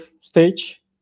stage